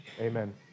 amen